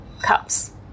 cups